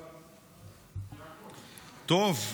טוב,